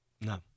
No